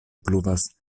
pluvas